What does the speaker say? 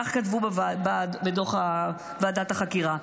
כך כתבו בדוח ועדת החקירה.